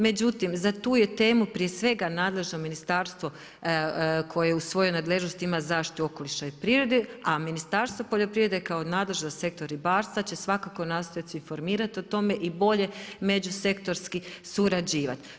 Međutim, za tu je temu prije svega nadležno Ministarstvo koje u svojoj nadležnosti ima zaštitu okoliša i prirode, a Ministarstvo poljoprivrede kao nadležno za sektor ribarstva će svakako nastojat se informirat o tome i bolje međusektorski surađivati.